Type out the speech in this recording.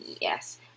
Yes